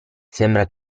sembra